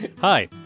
Hi